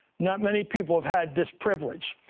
not many people have had this privilege.